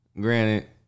Granted